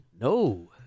No